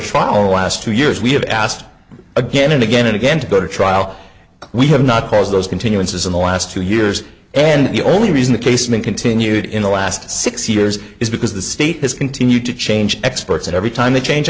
the last two years we have asked again and again and again to go to trial we have not caused those continuances in the last two years and the only reason the case may continued in the last six years is because the state has continued to change experts every time they change